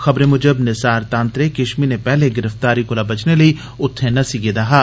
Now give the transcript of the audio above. खबरें मूजब निसार तांतरे किश म्हीने पैहले गिरफ्तारी कोला बचने लेई उत्थें नस्सी गेदा हा